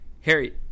Harry